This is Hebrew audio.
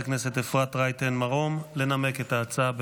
אפרת רייטן מרום לנמק את ההצעה.